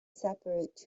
separate